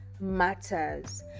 matters